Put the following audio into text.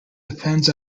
depends